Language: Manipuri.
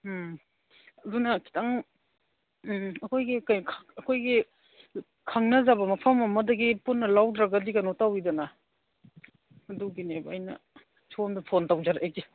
ꯎꯝ ꯑꯗꯨꯅ ꯈꯤꯇꯪ ꯎꯝ ꯑꯩꯈꯣꯏꯒꯤ ꯑꯩꯈꯣꯏꯒꯤ ꯈꯪꯅꯖꯕ ꯃꯐꯝ ꯑꯃꯗꯒꯤ ꯄꯨꯟꯅ ꯂꯧꯗ꯭ꯔꯒꯗꯤ ꯀꯩꯅꯣ ꯇꯧꯏꯗꯅ ꯑꯗꯨꯒꯤꯅꯦꯕ ꯑꯩꯅ ꯁꯣꯝꯗ ꯐꯣꯟ ꯇꯧꯖꯔꯛꯏꯁꯦ